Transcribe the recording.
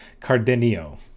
Cardenio